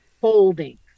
holding